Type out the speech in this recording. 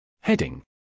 Heading